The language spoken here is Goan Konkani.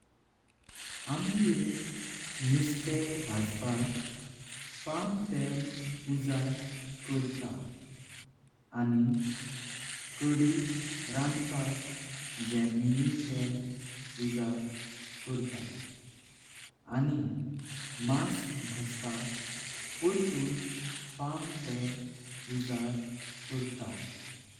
आमगेर नुश्ते भाजपाक पां तेल उजाड कर्तार। आनी काडी रांपाक जेमिनी तेल उजाड कर्तार। आनी मांस भाजपाक पोरतूं पां तेल उजाड कर्तार।